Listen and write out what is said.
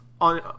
on